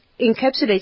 encapsulates